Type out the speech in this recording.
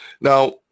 Now